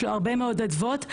יש לו הרבה מאוד אדוות.